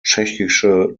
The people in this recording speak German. tschechische